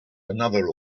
another